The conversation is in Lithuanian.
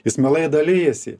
jis mielai dalijasi